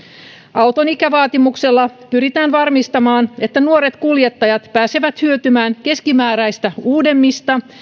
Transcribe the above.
auton ikävaatimuksella pyritään varmistamaan että nuoret kuljettajat pääsevät hyötymään keskimääräistä uudemmista